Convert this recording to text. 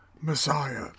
Messiah